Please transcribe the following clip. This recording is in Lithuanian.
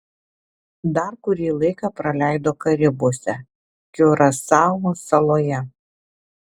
dar kurį laiką praleido karibuose kiurasao saloje